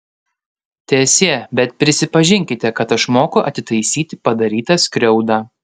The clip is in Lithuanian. teesie bet prisipažinkite kad aš moku atitaisyti padarytą skriaudą